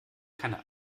keinen